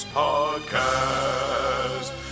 podcast